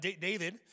David